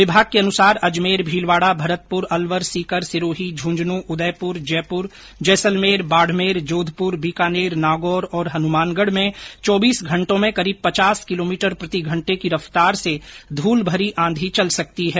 विभाग के अनुसार अजमेर भीलवाडा भरतपुर अलवर सीकर सिरोही झुन्झुनू उदयपुर जयपुर जैसलमेर बाडमेर जोधपुर बीकानेर नागौर और हनुमानगढ में चौबीस घंटों में करीब पचास किलोमीटर प्रतिघंटे की रफ्तार से धूलभरी आंधी चल सकती है